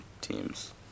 teams